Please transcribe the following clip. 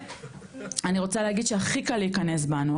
ואני רוצה להגיד שהכי קל להיכנס בנו,